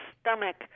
stomach